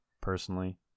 personally